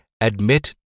Admit